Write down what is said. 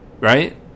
Right